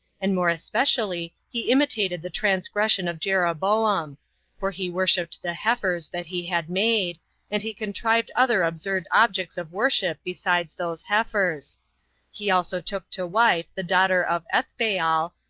and more especially he imitated the transgression of jeroboam for he worshipped the heifers that he had made and he contrived other absurd objects of worship besides those heifers he also took to wife the daughter of ethbaal,